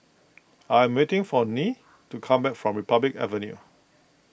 I am waiting for Nyree to come back from Republic Avenue